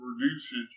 reduces